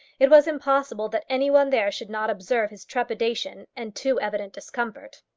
it was impossible that any one there should not observe his trepidation and too evident discomfort.